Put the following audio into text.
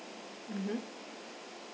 mmhmm